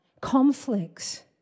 conflicts